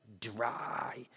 dry